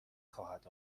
خواهد